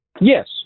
Yes